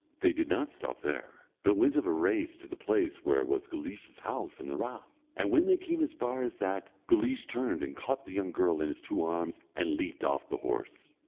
they did not stop there, but went of a race to the place where was guleesh's house and the rath. and when they came as far as that, guleesh turned and caught the young girl in his two arms, and leaped off the horse.